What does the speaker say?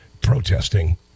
protesting